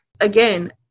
Again